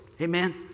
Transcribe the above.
Amen